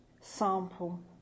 sample